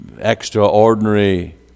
extraordinary